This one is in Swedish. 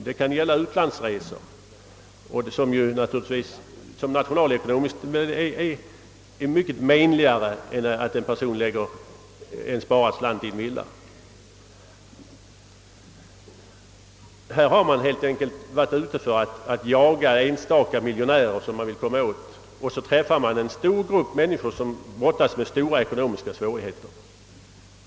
Det kan gälla utlandsresor, vilka nationalekonomiskt sett måste betecknas som menligare än om en person lägger en sparad slant i en villa. Här har man helt enkelt varit ute för att jaga enstaka miljonärer som man vill komma åt, och så träffar man i stället en stor grupp människor som brottas med ekonomiska svårigheter.